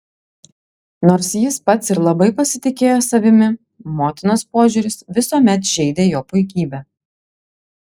nors jis pats ir labai pasitikėjo savimi motinos požiūris visuomet žeidė jo puikybę